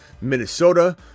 Minnesota